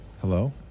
Hello